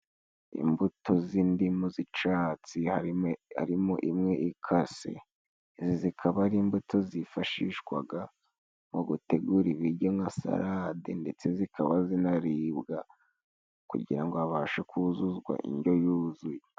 Imbuto z'indimu z'icatsi harimo harimo imwe ikase, izi zikaba ari imbuto zifashishwaga mu gutegura ibiryo nka salade, ndetse zikaba zinaribwa kugira ngo habashe kuzuzwa indyo yuzuye.